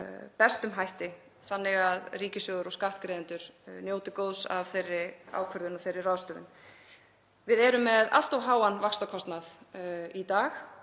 bestum hætti þannig að ríkissjóður og skattgreiðendur njóti góðs af þeirri ákvörðun og þeirri ráðstöfun. Við erum með allt of háan vaxtakostnað í dag.